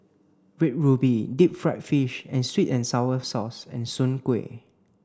red ruby deep fried fish and sweet and sour sauce and Soon Kuih